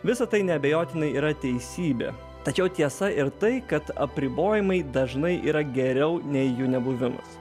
visa tai neabejotinai yra teisybė tačiau tiesa ir tai kad apribojimai dažnai yra geriau nei jų nebuvimas